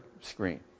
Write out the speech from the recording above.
screen